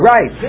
Right